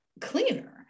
cleaner